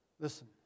Listen